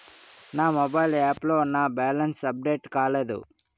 నా mobile app లో నా బ్యాలెన్స్ అప్డేట్ కాలేదు